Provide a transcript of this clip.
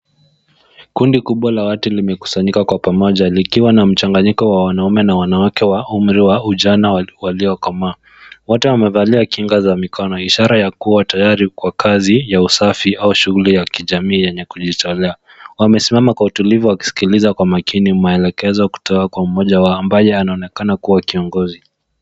Kundi kubwa la watu limekusanyika kwa pamoja likiwa na mchanganyiko wa wanaume na wanawake wa umri wa ujana wa waliokomaa. Wote wamevalia kinga za mikono ishara ya kuwa tayari kwa kazi ya usafi au shughuli ya kijamii yenye kujitolea. Wamesimama kwa utulivu wakisikiliza kwa makini maelekezo kutoka kwa mmoja wao, ambaye anaonekana kuwa kiongozi.